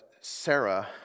sarah